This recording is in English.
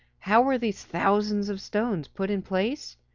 how were these thousands of stones put in place?